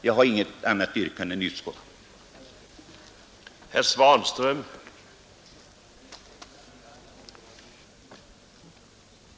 Jag har inget annat yrkande än bifall till utskottets hemställan.